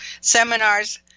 seminars